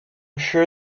sure